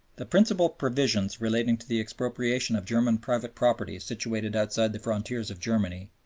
the principal provisions relating to the expropriation of german private property situated outside the frontiers of germany,